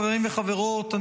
חברים וחברות,